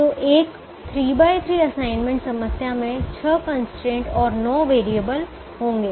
तो एक 3 x 3 assignment समस्या में छह कंस्ट्रेंट और नौ वेरिएबल होंगे